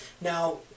Now